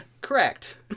Correct